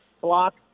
block